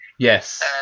Yes